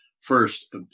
first